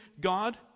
God